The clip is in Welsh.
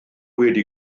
wedi